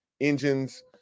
engines